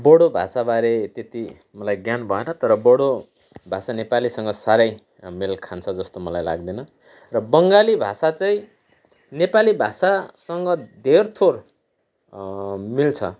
बोडो भाषाबारे त्यति मलाई ज्ञान भएन तर बोडो भाषा नेपालीसँग साह्रै मेल खान्छ जस्तो मलाई लाग्दैन र बङ्गाली भाषा चाहिँ नेपाली भाषासँग धेरथोर मिल्छ